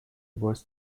was